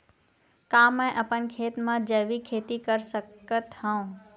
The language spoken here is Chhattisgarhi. का मैं अपन खेत म जैविक खेती कर सकत हंव?